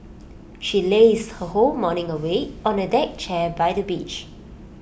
she lazed her whole morning away on A deck chair by the beach